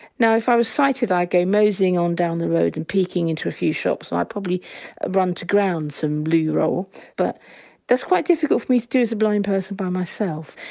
now if i was sighted, i'd go moseying on down the road and peaking into a few shops and i'd probably run to ground some loo roll but that's quite difficult for me to do as a blind person by myself.